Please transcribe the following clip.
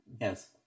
Yes